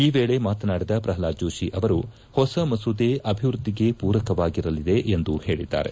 ಈ ವೇಳೆ ಮಾತನಾಡಿದ ಪ್ರಹ್ಲಾದ್ ಜೋಷಿ ಅವರು ಹೊಸ ಮಸೂದೆ ಅಭಿವೃದ್ಧಿಗೆ ಪೂರಕವಾಗಿರಲಿದೆ ಎಂದು ಹೇಳದ್ದಾರೆ